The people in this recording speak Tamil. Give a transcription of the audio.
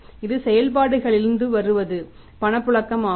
இது செயல்பாடுகளிலிருந்து வருவது பணப்புழக்கம் ஆகும்